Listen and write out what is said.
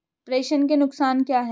प्रेषण के नुकसान क्या हैं?